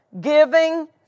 giving